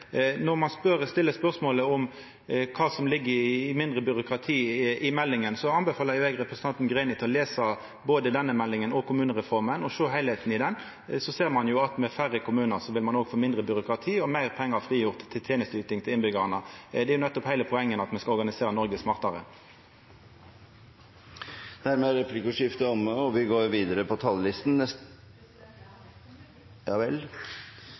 Når ein stiller spørsmålet om kva som ligg i mindre byråkrati i meldinga, anbefaler eg representanten Greni å lesa både denne meldinga og den om kommunereforma for å sjå heilskapen her. Då ser ein at med færre kommunar vil ein få mindre byråkrati og meir pengar frigjorde til tenesteyting til innbyggjarane. Det er nettopp heile poenget: Me skal organisera Noreg smartare. Det er